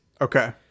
Okay